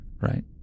right